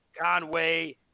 Conway